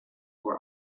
were